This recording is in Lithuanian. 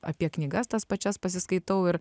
apie knygas tas pačias pasiskaitau ir